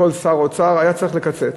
כל שר אוצר היה צריך לקצץ.